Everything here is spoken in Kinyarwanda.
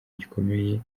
gikomeye